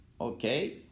Okay